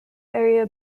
area